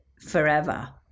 forever